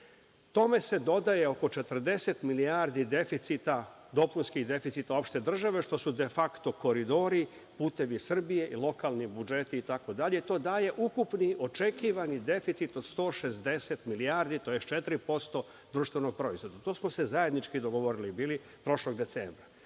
Tome se dodaje oko 40 milijardi deficita, dopunskih deficita opšte države, što su defakto koridori, putevi Srbije i lokalni budžeti itd. To daje ukupni očekivani deficit od 160 milijardi tj. 4% društvenog proizvoda. To smo se zajednički dogovorili prošlog decembra. Mi